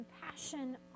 compassion